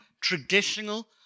traditional